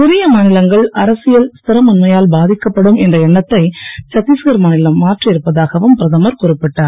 சிறிய மாநிலங்கள் அரசியல் ஸ்தரமின்மையால் பாதிக்கப்படும் என்ற எண்ணத்தை சத்தீஸ்கர் மாநிலம் மாற்றியிருப்பதாகவும் பிரதமர் குறிப்பிட்டார்